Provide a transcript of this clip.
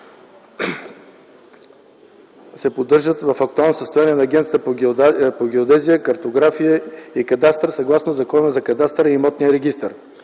се поддържат в актуално състояние от Агенцията по геодезия, картография и кадастър съгласно Закона за кадастъра и имотния регистър.